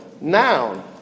noun